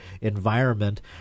environment